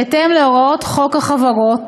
בהתאם להוראות חוק החברות,